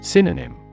Synonym